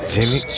Jimmy